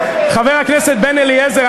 חבר הכנסת בן-אליעזר,